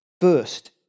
first